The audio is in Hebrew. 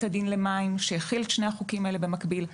הדין למים שהחיל את שני החוקים האלה במקביל.